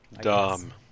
dumb